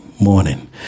morning